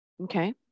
Okay